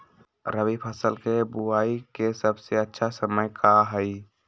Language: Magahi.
रबी फसल के बुआई के सबसे अच्छा समय का हई?